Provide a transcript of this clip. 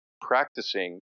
practicing